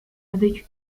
avec